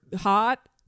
hot